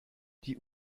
die